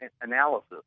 analysis